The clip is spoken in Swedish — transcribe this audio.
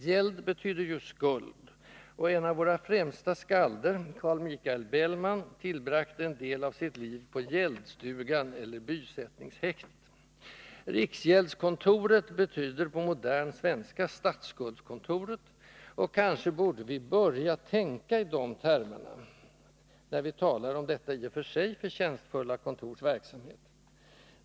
Gäld betyder ju skuld, och en av våra främsta skalder, Carl Michael Bellman, tillbragte en del av sitt liv på gäldstugan eller bysättningshäktet. Riksgäldskontoret betyder på modern svenska ”statsskuldskontoret”, och kanske borde vi börja tänka i de termerna, när vi talar om detta i och för sig förtjänstfulla kontors verksamhet.